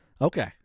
Okay